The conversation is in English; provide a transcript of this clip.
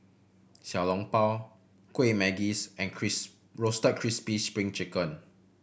Xiao Long Bao Kueh Manggis and Roasted Crispy Spring Chicken